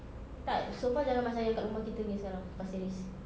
tak sofa jangan macam yang dekat rumah kita punya sekarang pasir ris